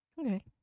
Okay